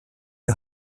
die